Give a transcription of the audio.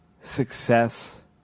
success